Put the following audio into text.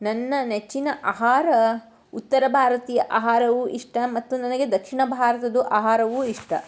ನನ್ನ ನೆಚ್ಚಿನ ಆಹಾರ ಉತ್ತರ ಭಾರತೀಯ ಆಹಾರವೂ ಇಷ್ಟ ಮತ್ತು ನನಗೆ ದಕ್ಷಿಣ ಭಾರತದ್ದು ಆಹಾರವೂ ಇಷ್ಟ